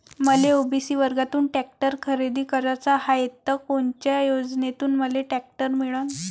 मले ओ.बी.सी वर्गातून टॅक्टर खरेदी कराचा हाये त कोनच्या योजनेतून मले टॅक्टर मिळन?